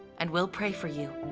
and we'll pray for you.